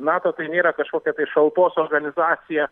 nato tai nėra kažkokia tai šalpos organizacija